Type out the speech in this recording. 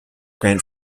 grant